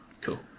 Cool